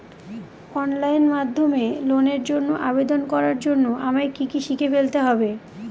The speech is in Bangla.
অনলাইন মাধ্যমে লোনের জন্য আবেদন করার জন্য আমায় কি কি শিখে ফেলতে হবে?